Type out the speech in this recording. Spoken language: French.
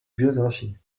biographies